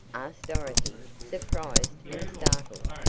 asked dorothy, surprised and startled.